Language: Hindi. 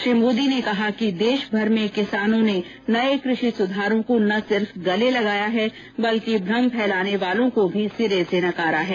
श्री मोदी ने कहा कि देशभर में किसानों ने नये कृषि सुधारों को न सिर्फ गले लगाया है बल्कि भ्रम फैलाने वालों को भी सिरे से नकारा है